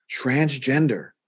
transgender